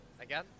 again